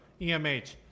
EMH